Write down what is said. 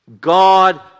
God